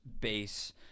base